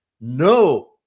no